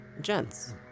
gents